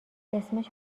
اسمش